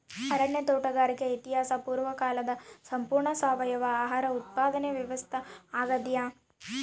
ಅರಣ್ಯ ತೋಟಗಾರಿಕೆ ಇತಿಹಾಸ ಪೂರ್ವಕಾಲದ ಸಂಪೂರ್ಣ ಸಾವಯವ ಆಹಾರ ಉತ್ಪಾದನೆ ವ್ಯವಸ್ಥಾ ಆಗ್ಯಾದ